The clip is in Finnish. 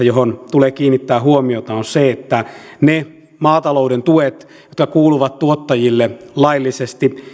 johon tulee kiinnittää huomiota on se että ne maatalouden tuet jotka kuuluvat tuottajille laillisesti